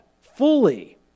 fully